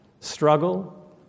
Struggle